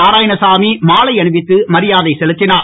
நாராயணசாமி மாலை அணிவித்து மரியாதை செலுத்தினார்